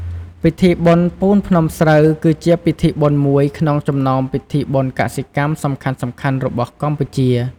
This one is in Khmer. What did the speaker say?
ពិធីបុណ្យពូនភ្នំស្រូវ គឺជាពិធីបុណ្យមួយក្នុងចំណោមពិធីបុណ្យកសិកម្មសំខាន់ៗរបស់កម្ពុជា ។